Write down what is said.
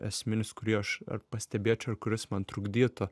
esminis kurį aš ar pastebėčiau ir kuris man trukdytų